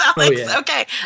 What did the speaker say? Okay